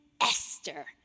Esther